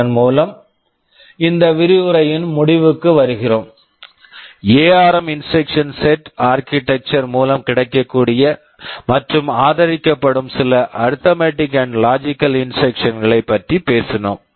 இதன் மூலம் இந்த விரிவுரையின் முடிவிற்கு வருகிறோம் ARM ARM instruction set instruction set architecture architecture மூலம் கிடைக்கக்கூடிய மற்றும் ஆதரிக்கப்படும் சில arithmetic and logical arithmetic and logical instruction instruction களைப் பற்றி பேசினோம்